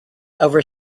over